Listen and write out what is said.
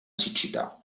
siccità